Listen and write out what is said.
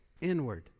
inward